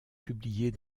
publiés